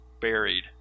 buried